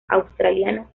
australiano